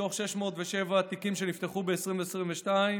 מתוך 607 תיקים שנפתחו ב-2022,